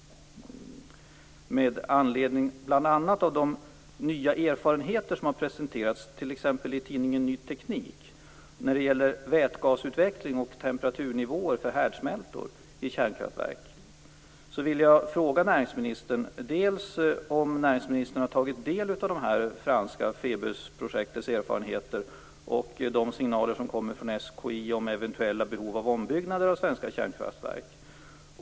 Med anledning bl.a. av de nya erfarenheter som har presenterats, t.ex. i tidningen Ny Teknik, när det gäller vätgasutveckling och temperaturnivåer för härdsmältor i kärnkraftverk vill jag fråga näringsministern om han har tagit del av erfarenheterna av det franska Phebusprojektet och de signaler som kommer från SKI om eventuella behov av ombyggnader av svenska kärnkraftverk.